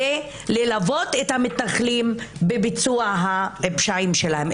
בללוות את המתנחלים בביצוע הפשעים שלהם,